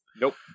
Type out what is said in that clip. Nope